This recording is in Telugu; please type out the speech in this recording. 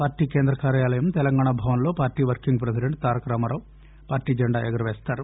పార్టీ కేంద్ర కార్యాలయం తెలంగాణా భవన్లో party working president Taraka Rama Rao party జెండా ఎగురవేస్తారు